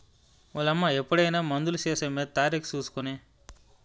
ఓలమ్మా ఎప్పుడైనా మందులు సీసామీద తారీకు సూసి కొనే